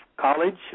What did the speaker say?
college